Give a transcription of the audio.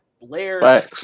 Blair